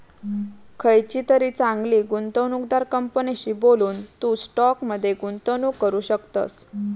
खयचीतरी चांगली गुंवणूकदार कंपनीशी बोलून, तू स्टॉक मध्ये गुंतवणूक करू शकतस